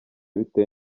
bitewe